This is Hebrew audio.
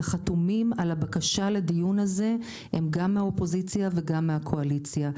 החתומים על הבקשה לדיון הזה הם גם מהאופוזיציה וגם מהקואליציה.